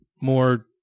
more